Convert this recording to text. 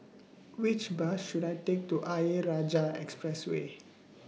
Which Bus should I Take to Ayer Rajah Expressway